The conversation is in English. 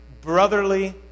brotherly